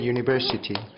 University